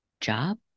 job